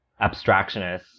abstractionists